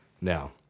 Now